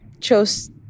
chose